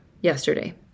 yesterday